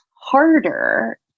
harder